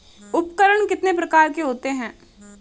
उपकरण कितने प्रकार के होते हैं?